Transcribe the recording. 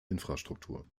infrastruktur